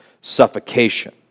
suffocation